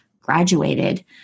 graduated